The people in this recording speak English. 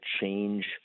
change